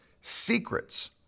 secrets